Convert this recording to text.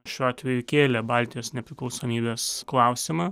šiuo atveju kėlė baltijos nepriklausomybės klausimą